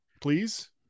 please